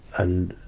and,